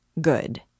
Good